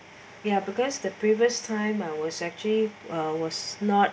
ya because the previous time I was actually was not